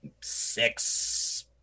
six